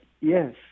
yes